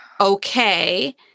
Okay